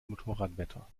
motorradwetter